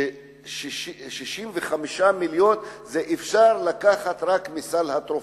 ש-65 מיליון אפשר לקחת רק מסל התרופות,